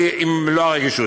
במלוא הרגישות.